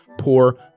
poor